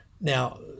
now